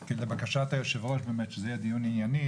כבקשת היושב-ראש באמת שזה יהיה דיון ענייני,